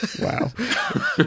wow